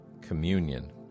Communion